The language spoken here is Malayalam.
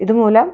ഇത് മൂലം